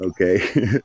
okay